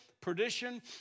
perdition